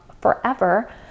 Forever